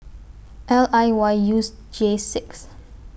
L I Y U S J six